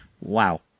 Wow